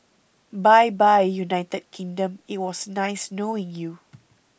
bye bye United Kingdom it was nice knowing you